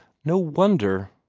no wonder!